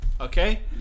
Okay